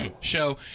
show